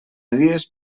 dies